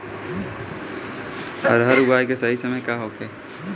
अरहर बुआई के सही समय का होखे?